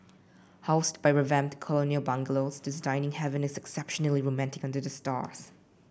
housed by revamped colonial bungalows this dining haven is exceptionally romantic under the stars